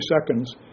seconds